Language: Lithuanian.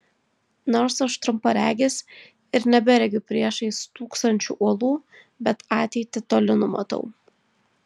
nors aš trumparegis ir neberegiu priešais stūksančių uolų bet ateitį toli numatau